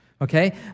okay